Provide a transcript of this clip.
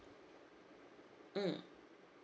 mm